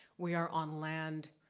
we are on land